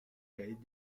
cahiers